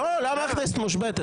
לא, למה שהכנסת תושבת?